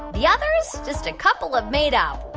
the others? just a couple of made-up